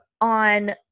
on